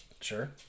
Sure